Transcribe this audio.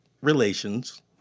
relations